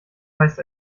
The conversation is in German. heißt